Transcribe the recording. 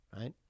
right